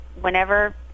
whenever